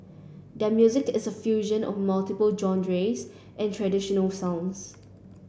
their music is a fusion of multiple genres an traditional sounds